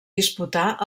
disputar